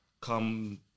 come